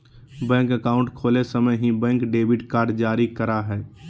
bank account खोले समय ही, बैंक डेबिट कार्ड जारी करा हइ